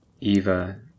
Eva